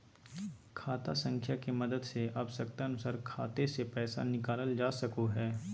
खाता संख्या के मदद से आवश्यकता अनुसार खाते से पैसा निकालल जा सको हय